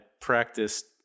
practiced